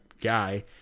guy